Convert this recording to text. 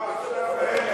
לא, עכשיו אין.